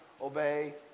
obey